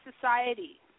society